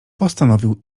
postanowił